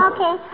Okay